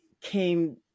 came